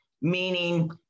meaning